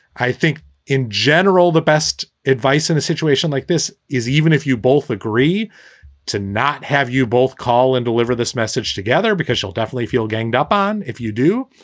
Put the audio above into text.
i think in general, the best advice in a situation like this is even if you both agree to not have you both call and deliver this message together because you'll definitely feel ganged up on if you do.